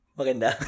maganda